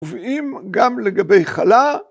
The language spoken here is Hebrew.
‫תובעים גם לגבי חלה.